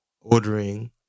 ordering